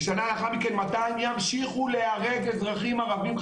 ושנה לאחר מכן 200 ימשיכו להיהרג אזרחים ערבים,